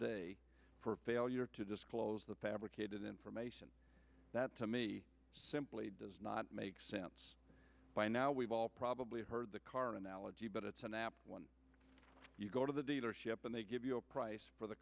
day for failure to disclose the fabricated information that to me simply does not make sense by now we've all probably heard the car analogy but it's an apt when you go to the dealership and they give you a price for the